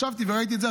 ישבתי וראיתי את זה.